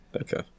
Okay